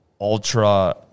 ultra